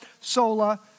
sola